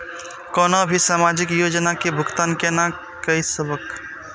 कोनो भी सामाजिक योजना के भुगतान केना कई सकब?